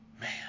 Man